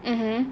mmhmm